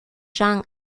jean